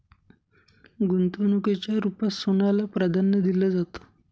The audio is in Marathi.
गुंतवणुकीच्या रुपात सोन्याला प्राधान्य दिलं जातं